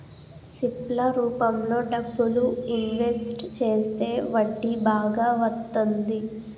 SIP ల రూపంలో డబ్బులు ఇన్వెస్ట్ చేస్తే వడ్డీ బాగా వత్తంది